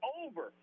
over